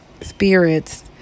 spirits